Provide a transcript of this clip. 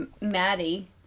Maddie